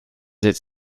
its